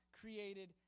created